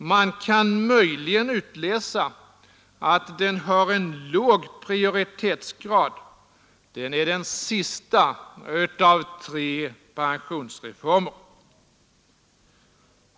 Man kan möjligen utläsa att den har en låg prioritetsgrad; den är den sista av tre pensionsreformer.